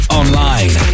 online